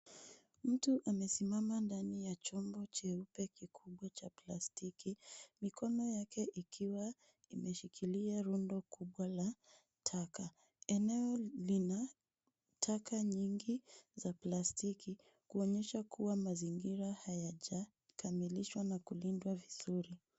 Mtu amesimama ndani ya chombo cheupe kikubwa cha plastiki , mikono yake ikiwa imeshikilia rundo kubwa la taka. Eneo lina taka nyingi za plastiki, kuonyesha kua mazingira hayajakamilishwa na kulindwa vizuri.